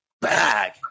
bag